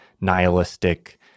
nihilistic